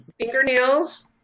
fingernails